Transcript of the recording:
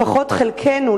לפחות חלקנו,